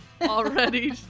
already